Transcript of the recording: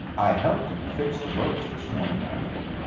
i helped em fix the ropes this morning, i did.